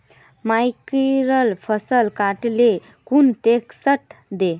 मकईर फसल काट ले कुन ट्रेक्टर दे?